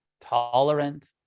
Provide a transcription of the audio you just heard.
tolerant